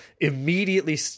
immediately